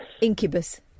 Incubus